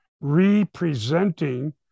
representing